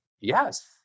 yes